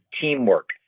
teamwork